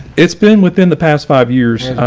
it's been within the past five years.